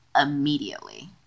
immediately